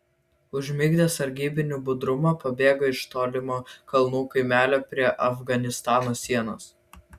užmigdęs sargybinių budrumą pabėgo iš tolimo kalnų kaimelio prie afganistano sienos